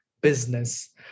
business